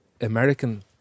American